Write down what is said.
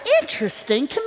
interesting